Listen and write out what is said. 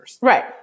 right